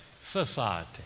society